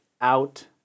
out